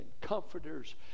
comforters